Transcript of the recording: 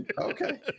okay